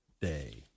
Day